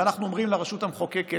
ואנחנו אומרים לרשות המחוקקת